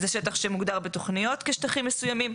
זה שטח שמוגדר בתוכניות כשטחים מסוימים.